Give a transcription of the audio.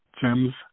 gems